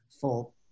full